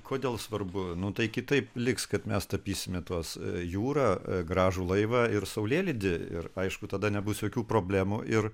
kodėl svarbu nu tai kitaip liks kad mes tapysime tuos jūrą gražų laivą ir saulėlydį ir aišku tada nebus jokių problemų ir